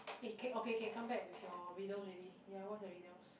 eh K okay K come back with your riddles already ya what's your riddles